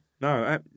No